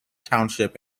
township